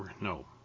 no